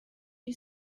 you